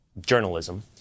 journalism